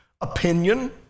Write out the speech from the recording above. opinion